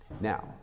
Now